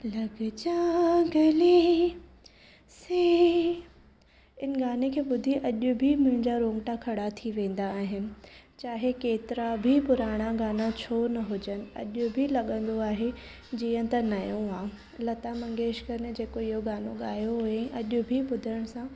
इन गाने खे ॿुधी अॼु भी मुंहिंजा रोंगटा खड़ा थी वेंदा आहिनि चाहे केतिरा बि पुराणा गाना छो न हुजनि अॼु बि लॻंदो आहे जीअं त नओं आहे लता मंगेशकर ने जेको इहो गानो ॻायो हुयईं अॼु बि ॿुधणु सां